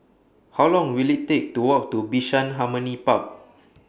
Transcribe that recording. How Long Will IT Take to Walk to Bishan Harmony Park